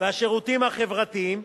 והשירותים החברתיים